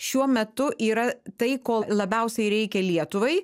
šiuo metu yra tai ko labiausiai reikia lietuvai